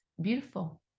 beautiful